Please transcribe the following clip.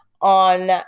on